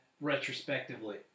retrospectively